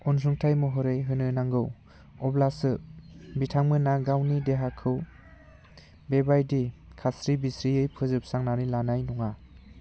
अनसुंथाइ महरै होनो नांगौ अब्लासो बिथांमोना गावनि देहाखौ बेबायदि खास्रि बिस्रियै फजोबस्रांनानै लानाय नङा